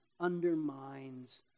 Undermines